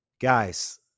Guys